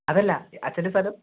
അതല്ല അച്ഛൻ്റെ സ്ഥലം